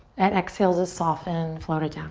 and exhale to soften, float it